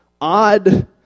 odd